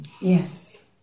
Yes